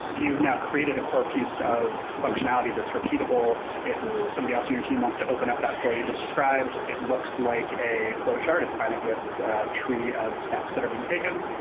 you've now created a core piece of functionality that's repeatable. if somebody else in your team wants to open up that flow you just described, it looks like a flowchart. it's kind of this tree of steps that are being taken,